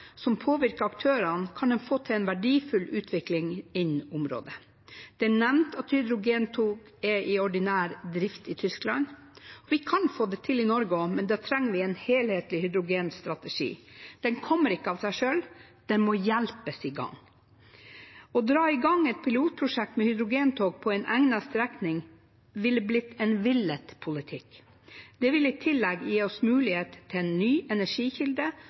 som påvirker aktørene, kan en få til en verdifull utvikling innen området. Det er nevnt at hydrogentog er i ordinær drift i Tyskland. Vi kan få det til i Norge også, men da trenger vi en helhetlig hydrogenstrategi. Den kommer ikke av seg selv, den må hjelpes i gang. Å dra i gang et pilotprosjekt med hydrogentog på en egnet strekning ville blitt en villet politikk. Det vil i tillegg gi oss mulighet til en ny energikilde